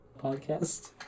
podcast